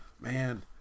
man